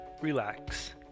Relax